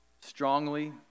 strongly